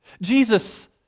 Jesus